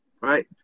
right